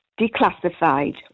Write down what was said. Declassified